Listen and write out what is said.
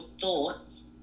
thoughts